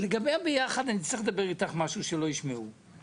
לגבי הביחד אני אצטרך לדבר איתך משהו שלא ישמעו.